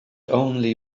only